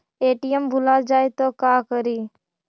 ATM भुला जाये त का करि?